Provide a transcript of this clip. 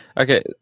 Okay